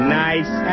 nice